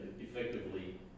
effectively